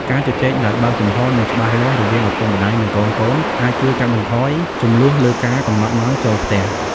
ការជជែកដោយបើកចំហរ និងច្បាស់លាស់រវាងឪពុកម្តាយ និងកូនៗអាចជួយកាត់បន្ថយជម្លោះលើការកំណត់ម៉ោងចូលផ្ទះ។